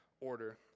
order